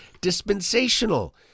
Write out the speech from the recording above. dispensational